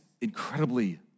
incredibly